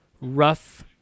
rough